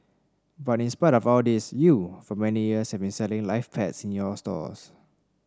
but in spite of all of this you for many years have been selling live pets in your stores